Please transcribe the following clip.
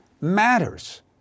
matters